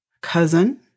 cousin